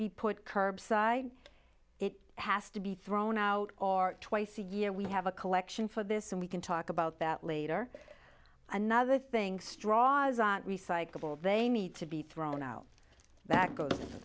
be put curbside it has to be thrown out or twice a year we have a collection for this and we can talk about that later another thing straws recyclable they need to be thrown out that goes